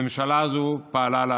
הממשלה הזו פעלה לעשות.